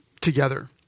together